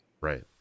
Right